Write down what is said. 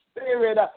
spirit